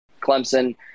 clemson